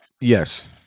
Yes